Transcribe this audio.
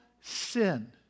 sin